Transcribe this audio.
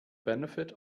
benefit